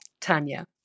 Tanya